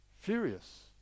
furious